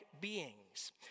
beings